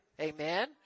Amen